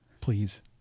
Please